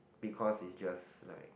because it's just like